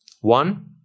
One